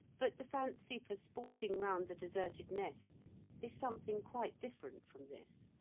but the fancy for sporting round the deserted nests is something quite different from this.